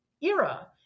era